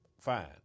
Fine